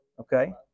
Okay